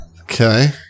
Okay